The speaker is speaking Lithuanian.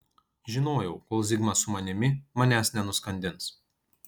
žinojau kol zigmas su manimi manęs nenuskandins